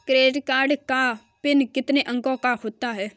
Credit card का PIN कितने अंकों का होता है?